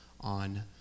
on